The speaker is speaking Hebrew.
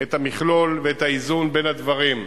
את המכלול, ואת האיזון בין הדברים.